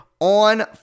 on